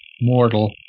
mortal